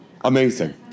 Amazing